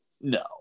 no